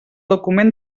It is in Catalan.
document